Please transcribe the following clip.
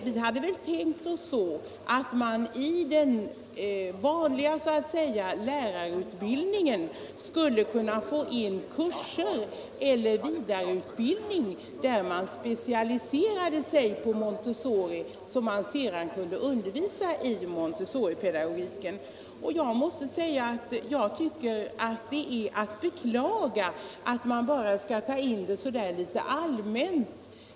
Vi hade tänkt oss att man i den vanliga lärarutbildningen skulle få in vidareutbildningskurser, där man specialiserat sig på montessoripedagogiken, så att man sedan kunde undervisa om denna. Jag tycker att det är att beklaga att man bara skall ta upp denna fråga litet allmänt.